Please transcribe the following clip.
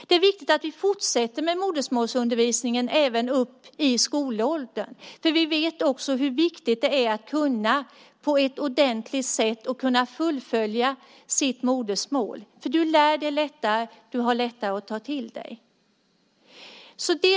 Det är viktigt att vi fortsätter med modersmålsundervisningen även upp i skolåldern, för vi vet också hur viktigt det är att på ett ordentligt sätt kunna fullfölja sitt modersmål. Man lär sig lättare och har lättare att ta till sig saker.